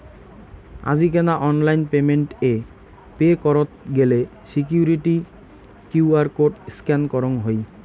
আজিকেনা online payment এ pay করত গেলে সিকুইরিটি কিউ.আর কোড স্ক্যান করঙ হই